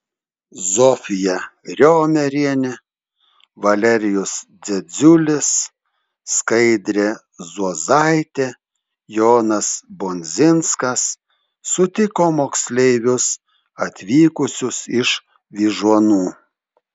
zofija riomerienė valerijus dzedziulis skaidrė zuozaitė jonas bondzinskas sutiko moksleivius atvykusius iš vyžuonų